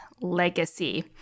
legacy